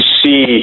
see